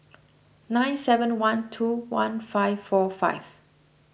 nine seven one two one five four five